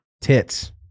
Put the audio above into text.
tits